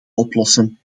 oplossen